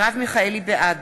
בעד